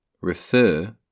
Refer